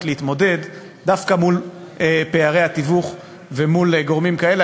להתמודד דווקא מול פערי התיווך ומול גורמים כאלה.